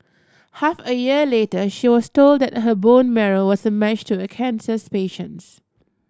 half a year later she was told that her bone marrow was a match to a cancers patient's